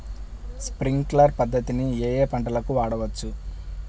Sprinkler పద్ధతిని ఏ ఏ పంటలకు వాడవచ్చు?